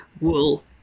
wool